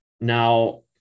now